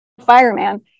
fireman